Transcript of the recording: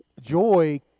joy